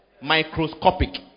Microscopic